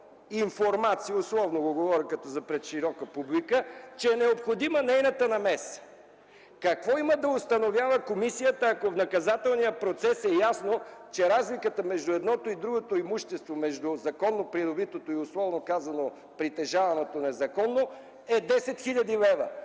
информация (говоря го условно, като за пред широка публика), че е необходима нейната намеса. Какво има да установява комисията, ако в наказателния процес е ясно, че разликата между едното и другото имущество – между законно придобитото и условно казано притежаваното незаконно, е 10 хил.